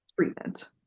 treatment